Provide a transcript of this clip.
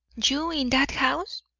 you in that house?